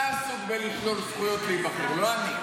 אתה עסוק בלשלול זכויות להיבחר, לא אני.